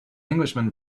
englishman